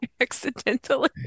accidentally